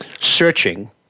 searching